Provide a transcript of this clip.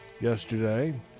yesterday